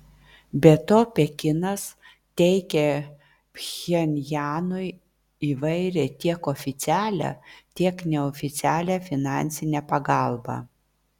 be to pekinas teikia pchenjanui įvairią tiek oficialią tiek neoficialią finansinę pagalbą